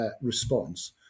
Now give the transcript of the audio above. response